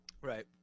Right